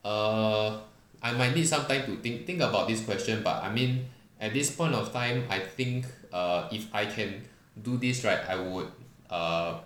err I might need some time to think think about this question but I mean at this point of time I think err if I can do this right I would err